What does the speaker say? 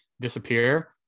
disappear